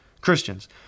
Christians